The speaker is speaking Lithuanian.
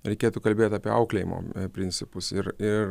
reikėtų kalbėt apie auklėjimo principus ir ir